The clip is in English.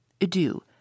adieu